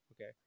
Okay